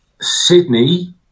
sydney